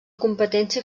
competència